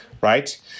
right